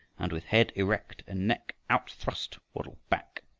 and with head erect and neck out-thrust waddle back.